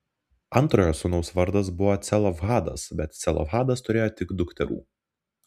antrojo sūnaus vardas buvo celofhadas bet celofhadas turėjo tik dukterų